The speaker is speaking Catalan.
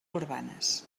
urbanes